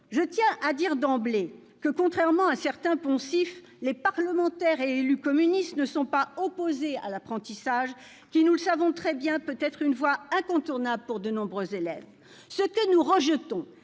Je tiens à dire d'emblée que, contrairement à certains poncifs, les parlementaires et élus communistes ne sont pas opposés à l'apprentissage, qui, nous le savons très bien, peut être une voie incontournable pour de nombreux élèves. Ce que nous rejetons,